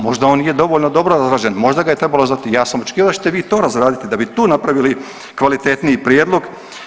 Možda on nije dovoljno dobro razrađen, možda ga je trebalo … Ja sam očekivao da ćete vi to razraditi, da bi tu napravili kvalitetniji prijedlog.